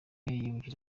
yibukije